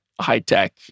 high-tech